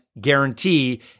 guarantee